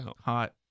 Hot